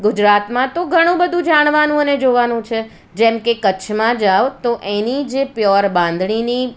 ગુજરાતમાં તો ઘણું બધુ જાણવાનું અને જોવાનું છે જેમ કે કચ્છમાં જાઓ તો એની જે પ્યોર બાંધણીની